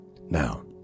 Now